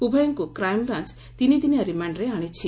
ଉଭୟଙ୍କୁ କ୍ରାଇମ୍ବ୍ରାଞ୍ ତିନିଦିନିଆ ରିମାା୍ଡରେ ଆଶିଛି